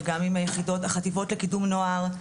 גם עם החטיבות לקידום נוער,